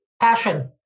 Passion